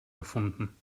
erfunden